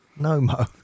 Nomo